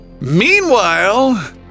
Meanwhile